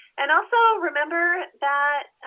and also remember that